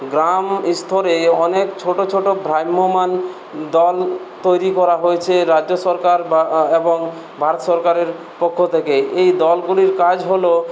গ্রাম স্তরে অনেক ছোটো ছোটো ভ্রাম্যমান দল তৈরি করা হয়েছে রাজ্য সরকার বা এবং ভারত সরকারের পক্ষ থেকে এই দলগুলির কাজ হল